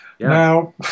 Now